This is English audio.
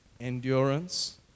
endurance